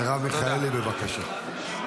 מרב מיכאלי, בבקשה.